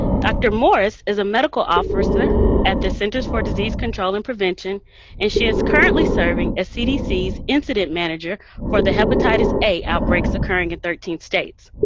dr. morris is a medical officer at the centers for disease control and prevention and she is currently serving as cdc's incident manager for the hepatitis a outbreaks occurring in thirteen states.